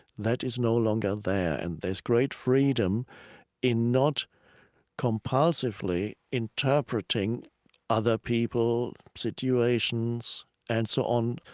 that is no longer there. and there's great freedom in not compulsively interpreting other people, situations, and so on.